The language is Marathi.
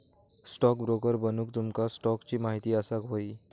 स्टॉकब्रोकर बनूक तुमका स्टॉक्सची महिती असाक व्हयी